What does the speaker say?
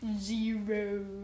Zero